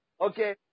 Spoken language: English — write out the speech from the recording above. Okay